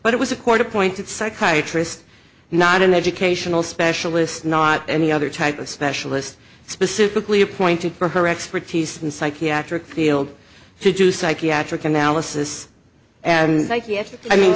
but it was a court appointed psychiatrist not an educational specialist not any other type of specialist specifically appointed for her expertise in psychiatric field to do psychiatric analysis and